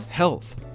health